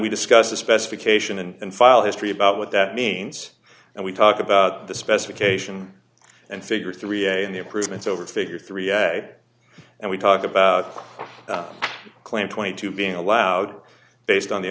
we discuss the specification and file history about what that means and we talk about the specification and figure three a the improvements over figure three and we talk about claim twenty two dollars being allowed based on the